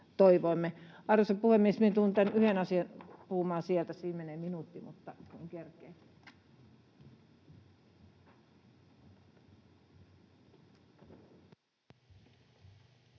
Arvoisa puhemies, tulen tämän yhden asian puhumaan sieltä. Siinä menee minuutti, mutta en kerkeä